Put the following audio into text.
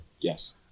yes